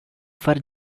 for